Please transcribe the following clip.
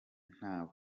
ntawe